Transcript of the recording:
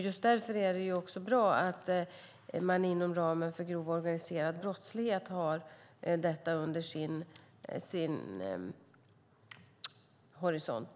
Just därför är det också bra att detta ligger inom ramen för bekämpandet av organiserad brottlighet.